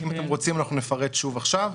אם אתם רוצים אנחנו נפרט שוב עכשיו.